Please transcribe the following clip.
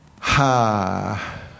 Ha